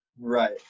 Right